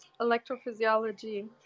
electrophysiology